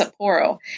Sapporo